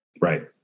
Right